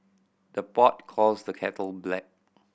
the pot calls the kettle black